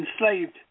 enslaved